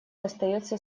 остаётся